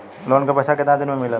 Loan के पैसा कितना दिन मे मिलेला?